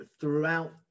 throughout